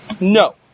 No